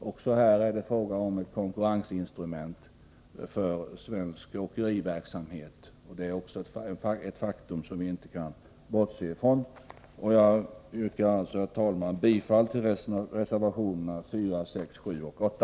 Också här är det fråga om ett konkurrensinstrument för svensk åkeriverksamhet. Det är ett faktum som vi icke kan bortse från. Jag yrkar, herr talman, bifall till reservationerna 4, 6, 7 och 8.